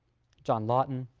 john lawton,